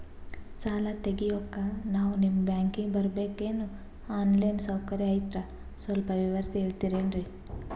ಸಾಲ ತೆಗಿಯೋಕಾ ನಾವು ನಿಮ್ಮ ಬ್ಯಾಂಕಿಗೆ ಬರಬೇಕ್ರ ಏನು ಆನ್ ಲೈನ್ ಸೌಕರ್ಯ ಐತ್ರ ಸ್ವಲ್ಪ ವಿವರಿಸಿ ಹೇಳ್ತಿರೆನ್ರಿ?